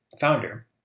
founder